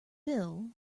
bill